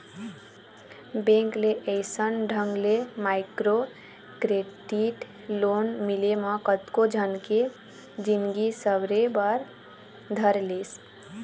bank ले अइसन ढंग के माइक्रो क्रेडिट लोन मिले म कतको झन के जिनगी सँवरे बर धर लिस